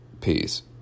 Peace